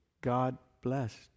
God-blessed